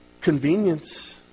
convenience